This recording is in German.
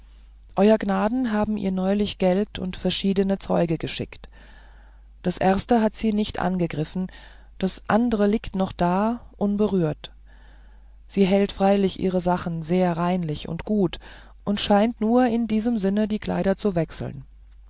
euer gnaden haben ihr neulich geld und verschiedene zeuge geschickt das erste hat sie nicht angegriffen die andern liegen auch noch da unberührt sie hält freilich ihre sachen sehr reinlich und gut und scheint nur in diesem sinn die kleider zu wechseln